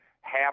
half